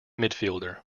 midfielder